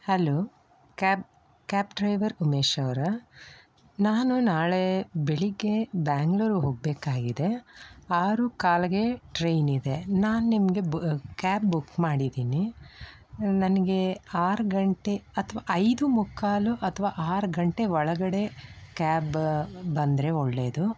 hello cab cab driver Umesh ಅವರಾ ನಾನು ನಾಳೆ ಬೆಳಗ್ಗೆ ಬ್ಯಾಂಗ್ಳೂರ್ ಹೋಗಬೇಕಾಗಿದೆ ಆರು ಕಾಲಿಗೆ ಟ್ರೈನ್ ಇದೆ ನಾನು ನಿಮಗೆ ಕ್ಯಾಬ್ ಬುಕ್ ಮಾಡಿದ್ದೀನಿ ನನಗೆ ಆರು ಗಂಟೆ ಅಥವಾ ಐದು ಮುಕ್ಕಾಲು ಅಥವಾ ಆರು ಗಂಟೆ ಒಳಗಡೆ ಕ್ಯಾಬ್ ಬಂದರೆ ಒಳ್ಳೆಯದು